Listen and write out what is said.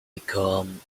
become